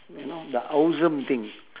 you know the awesome thing